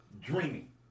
Dreaming